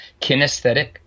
kinesthetic